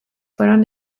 fueron